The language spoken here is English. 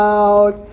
out